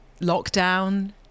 lockdown